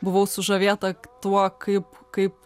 buvau sužavėta tuo kaip kaip